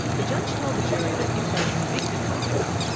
the judge told the jury that if they convicted boronika,